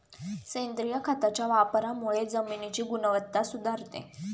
सेंद्रिय खताच्या वापरामुळे जमिनीची गुणवत्ता सुधारते